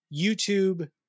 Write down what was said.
YouTube